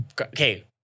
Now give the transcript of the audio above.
okay